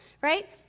right